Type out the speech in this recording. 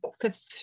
Fifth